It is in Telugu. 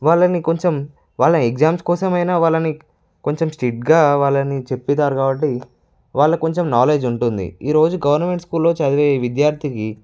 వాళ్ళని కొంచెం వాళ్ళ ఎగ్జామ్స్ కోసం అయినా వాళ్ళని కొంచెం స్ట్రిక్ట్గా అవ్వాలని చెప్పినారు కాబట్టి వాళ్ళు కొంచెం నాలెడ్జ్ ఉంటుంది ఈరోజు గవర్నమెంట్ స్కూల్లో చదివే విద్యార్థికి